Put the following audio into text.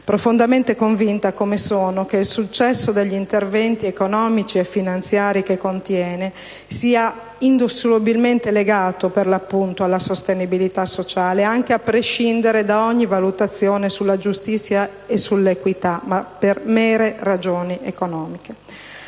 profondamente convinta come sono che il successo degli interventi economici e finanziari che contiene sia indissolubilmente legato alla sostenibilità sociale, anche a prescindere da ogni valutazione sulla giustizia e sull'equità, ma per mere ragioni economiche.